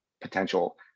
potential